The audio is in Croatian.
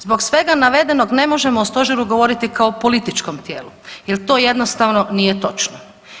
Zbog svega navedenog ne možemo o stožeru govoriti kao o političkom tijelu jer to jednostavno nije točno.